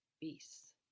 beasts